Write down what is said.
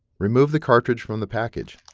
remove the cartridge from the package.